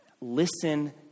Listen